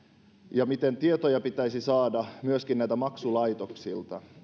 ja miten tietoja pitäisi saada myöskin näiltä maksulaitoksilta